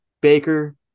Baker